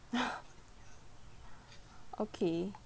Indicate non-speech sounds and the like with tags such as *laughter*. *laughs* okay